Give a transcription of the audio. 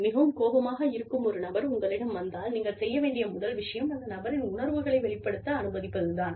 மிகவும் கோபமாக இருக்கும் ஒரு நபர் உங்களிடம் வந்தால் நீங்கள் செய்ய வேண்டிய முதல் விஷயம் அந்த நபரின் உணர்வுகளை வெளிப்படுத்த அனுமதிப்பது தான்